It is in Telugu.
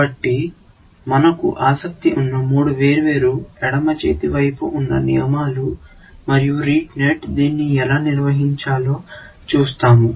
కాబట్టి మనకు ఆసక్తి ఉన్న మూడు వేర్వేరు ఎడమ చేతి వైపు ఉన్న నియమాలు మరియు రీటే నెట్ దీన్ని ఎలా నిర్వహించాలో చూస్తాము